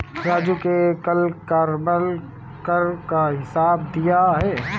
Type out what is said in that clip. राजू ने कल कार्यबल कर का हिसाब दिया है